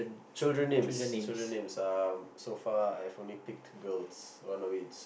children names children names um so far I've only picked girls one of it's